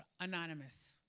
anonymous